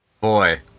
boy